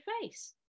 face